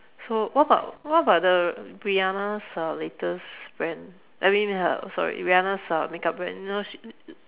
so what about what about the Rihanna's uh latest brand I mean her sorry Rihanna's uh makeup brand you know she